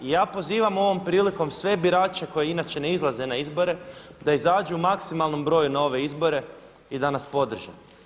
I ja pozivam ovom prilikom sve birače koji inače ne izlaze na izbore da izađu u maksimalnom borju na ove izbore i da nas podrže.